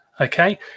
okay